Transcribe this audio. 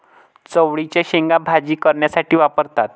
चवळीच्या शेंगा भाजी करण्यासाठी वापरतात